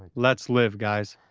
let's live, guys.